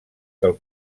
del